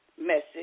message